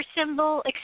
symbol